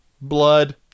blood